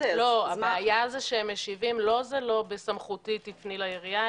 הבעיה היא שהם משיבים: זה לא בסמכותי פני לעירייה,